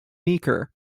meeker